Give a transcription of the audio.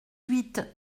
huit